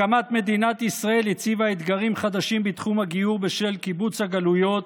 הקמת מדינת ישראל הציבה אתגרים חדשים בתחום הגיור בשל קיבוץ הגלויות,